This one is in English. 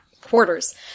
quarters